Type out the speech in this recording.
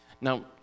Now